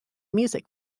music